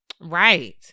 right